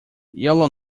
yellow